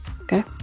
Okay